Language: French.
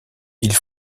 ils